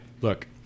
Look